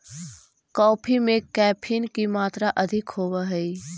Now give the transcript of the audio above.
coffee में caffeine की मात्रा अधिक होवअ हई